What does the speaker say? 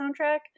soundtrack